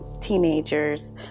teenagers